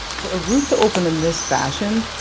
for a roof to open in this fashion,